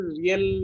real